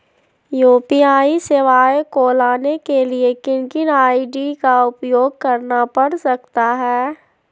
UPI सेवाएं को लाने के लिए किन किन आई.डी का उपयोग करना पड़ सकता है?